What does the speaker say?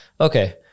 Okay